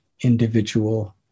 individual